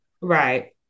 Right